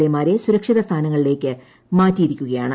A മാരെ സുരക്ഷിത സ്ഥാനങ്ങളിലേയ്ക്ക് മാറ്റിയിരിക്കുകയാണ്